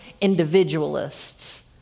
individualists